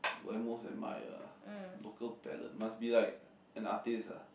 why most vampire local talent must be like an artist ah